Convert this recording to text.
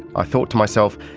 i thought to myself,